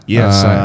Yes